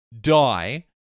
die